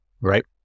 right